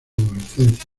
adolescencia